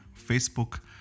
Facebook